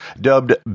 Dubbed